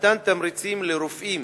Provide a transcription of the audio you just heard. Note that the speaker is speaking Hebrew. מתן תמריצים לרופאים,